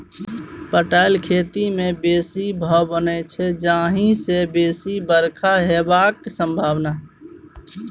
पटाएल खेत मे बेसी भाफ बनै छै जाहि सँ बेसी बरखा हेबाक संभाबना